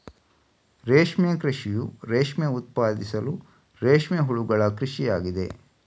ರೇಷ್ಮೆ ಕೃಷಿಯು ರೇಷ್ಮೆ ಉತ್ಪಾದಿಸಲು ರೇಷ್ಮೆ ಹುಳುಗಳ ಕೃಷಿ ಆಗಿದೆ